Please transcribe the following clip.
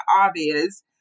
obvious